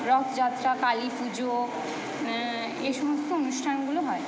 রথযাত্রা কালীপুজো এই সমস্ত অনুষ্ঠানগুলো হয়